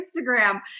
Instagram